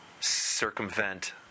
circumvent